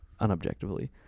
Unobjectively